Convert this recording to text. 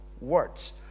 words